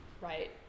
right